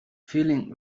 feeling